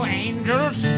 angels